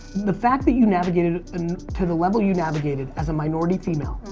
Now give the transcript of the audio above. the fact that you navigated and to the level you navigated as a minority female.